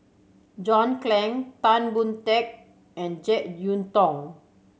John Clang Tan Boon Teik and Jek Yeun Thong